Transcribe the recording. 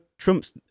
Trump's